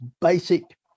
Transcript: basic